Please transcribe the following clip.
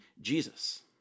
Jesus